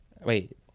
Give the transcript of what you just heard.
Wait